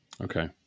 okay